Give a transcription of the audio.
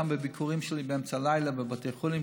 גם בביקורים שלי באמצע הלילה בבתי חולים,